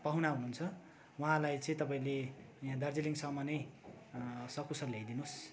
पाहुना हुनुहुन्छ उहाँलाई चाहिँ तपाईँले यहाँ दार्जिलिङसम्म नै सकुशल ल्याइदिनु होस्